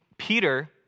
Peter